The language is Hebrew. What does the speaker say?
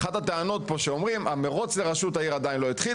אחת הטענות פה שאומרים שהמרוץ לראשות העיר עדיין לא התחיל